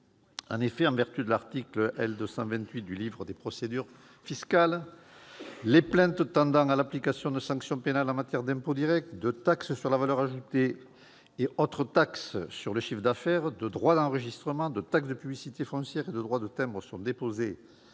En effet, en vertu de l'article L. 228 du livre des procédures fiscales, « les plaintes tendant à l'application de sanctions pénales en matière d'impôts directs, de taxe sur la valeur ajoutée et autres taxes sur le chiffre d'affaires, de droits d'enregistrement, de taxe de publicité foncière et de droits de timbre sont déposées